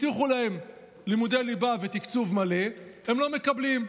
הבטיחו להם לימודי ליבה ותקצוב מלא, הם לא מקבלים.